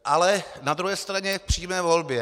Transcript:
Ale na druhé straně k přímé volbě.